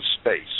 space